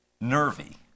nervy